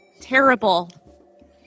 terrible